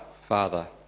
Father